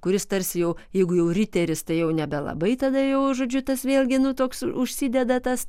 kuris tarsi jau jeigu jau riteris tai jau nebelabai tada jau žodžiu tas vėlgi nu toks užsideda tas